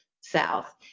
south